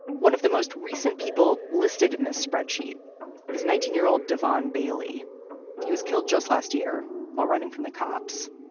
one of the most recent people listed in this spreadsheet is nineteen year old darvon bailey he was killed just last year while running from the cops